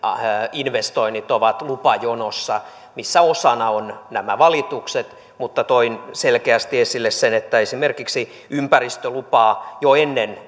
investoinnit ovat lupajonossa missä osana ovat nämä valitukset mutta toin selkeästi esille sen että esimerkiksi ympäristölupaa jo ennen